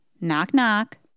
Knock-knock